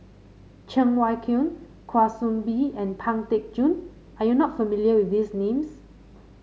Cheng Wai Keung Kwa Soon Bee and Pang Teck Joon are you not familiar with these names